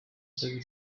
kabiri